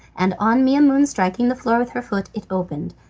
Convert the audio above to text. and on maimoune striking the floor with her foot it opened,